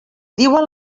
diuen